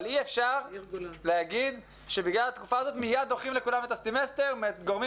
אבל אי אפשר להגיד שבגלל התקופה הזו מיד דוחים לכולם את הסמסטר וגורמים